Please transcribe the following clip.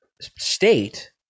state